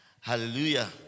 Hallelujah